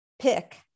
pick